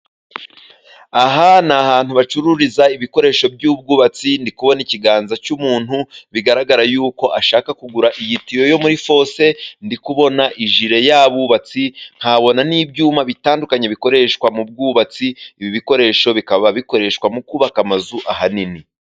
Aha ni ahantu hacururiza ibikoresho by'ubwubatsi ,ndi kubona ikiganza cy'umuntu bigaragara yuko ashaka kugura iyi tiyo yo muri fose, ndikubona ijile y'abubatsi, nkabona n'ibyuma bitandukanye bikoreshwa mu bwubatsi, ibi bikoresho bikaba bikoreshwa mu kubaka amazu ahanini.